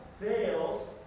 fails